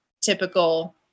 typical